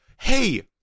hey